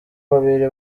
babiri